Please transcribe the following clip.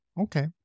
okay